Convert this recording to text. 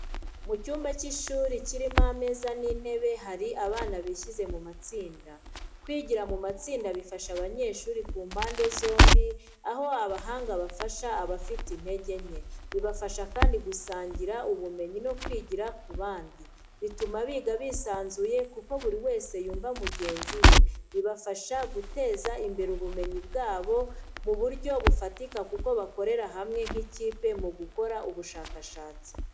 Mu cyumba cy'ishuri kirimo ameza n'intebe hari abana bishyize mu matsinda. Kwigira mu matsinda bifasha abanyeshuri ku mpande zombi aho abahanga bafasha abafite intege nke, bibafasha kandi gusangira ubumenyi no kwigira ku bandi. Bituma biga bisanzuye kuko buri wese yumva mugenzi we. Bibafasha guteza imbere ubumenyi bwabo mu buryo bufatika kuko bakorera hamwe nk’ikipe mu gukora ubushakashatsi.